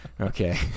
Okay